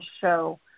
show